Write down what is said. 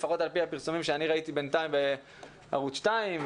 לפחות על פי הפרסומים שאני ראיתי בינתיים בערוץ 2,